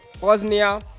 Bosnia